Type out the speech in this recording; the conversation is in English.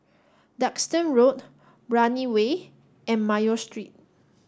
Duxton Road Brani Way and Mayo Street